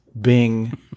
Bing